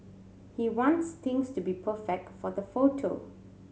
he wants things to be perfect for the photo